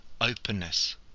openness